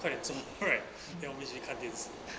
快点做 right then 我们一起看电视